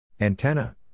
Antenna